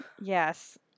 Yes